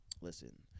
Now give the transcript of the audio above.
listen